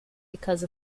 because